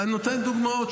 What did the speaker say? אני נותן דוגמאות.